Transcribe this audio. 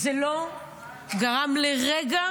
וזה לרגע